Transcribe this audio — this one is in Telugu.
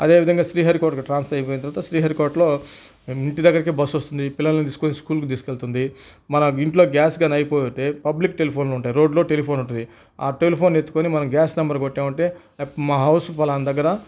అదేవిధంగా శ్రీహరికోటకి ట్రాన్స్పర్ అయిపోయిన తర్వాత శ్రీహరికోటలో ఇంటి దగ్గరికి బస్సు వస్తుంది పిల్లలని తీసుకుని స్కూల్కి తీసుకెళ్తుంది మనం ఇంట్లో గ్యాస్ కానీ అయిపోతే పబ్లిక్ టెలిఫోన్ లు ఉంటాయి రోడ్డులో టెలిఫోన్ ఉంటుంది ఆ టెలిఫోన్ ఎత్తుకొని మనం గ్యాస్ నెంబర్ కొట్టామంటే మా హౌస్ పలాన దగ్గర